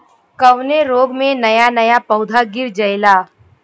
कवने रोग में नया नया पौधा गिर जयेला?